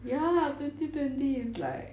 ya twenty twenty is like